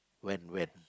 when when